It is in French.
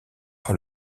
par